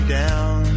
down